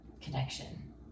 connection